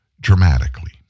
dramatically